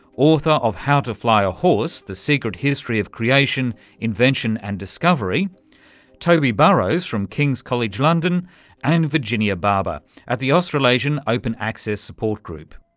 author of how to fly a horse the secret history of creation, invention and discovery toby burrows from king's college london and virginia barbour at the australasian open access support group.